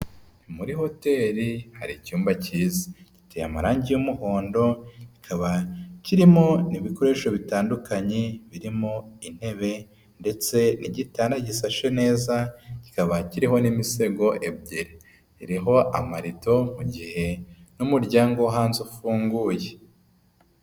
Muri hoteri hari icyumba cyiza, giteye amarangi y'umuhondo kikaba kirimo ibikoresho bitandukanye birimo intebe ndetse n'igitanda gisashe neza kikaba kiriho n'imisego ebyiri. Iriho amarido mu gihe n'umuryango wo hanze ufunguye.